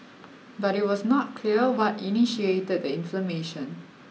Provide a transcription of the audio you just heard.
but it was not clear what initiated the inflammation